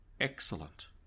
excellent